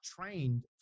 trained